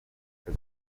for